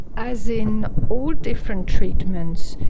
as in all different treatments,